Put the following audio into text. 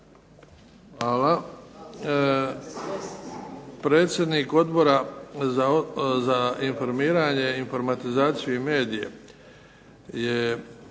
Hvala. Predsjednik Odbora za informiranje, informatizaciju i medije je